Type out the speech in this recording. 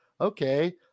Okay